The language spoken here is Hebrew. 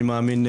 אני מאמין,